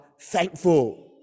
thankful